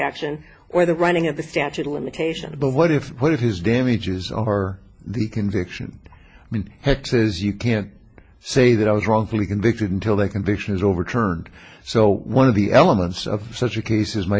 action or the running of the statute of limitations but what if what his damages are the conviction i mean hexes you can't say that i was wrongfully convicted until they convictions overturned so one of the elements of such a case is my